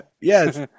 Yes